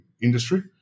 industry